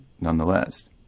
nonetheless